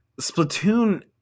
Splatoon